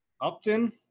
Upton